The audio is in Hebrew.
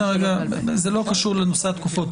זה לא קשור לנושא התקופות.